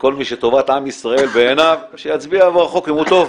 שכל מי שטובת עם ישראל בעיניו שיצביע בעד החוק אם הוא טוב,